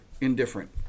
indifferent